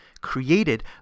created